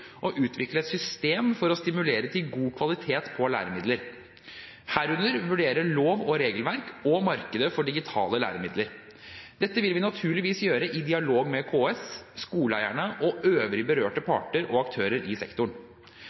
utvikle et system for å stimulere til god kvalitet på læremidler, herunder vurdere lov- og regelverk og markedet for digitale læremidler. Dette vil vi naturligvis gjøre i dialog med KS, skoleeierne og øvrige berørte parter og aktører i sektoren.